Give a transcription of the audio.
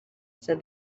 said